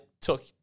took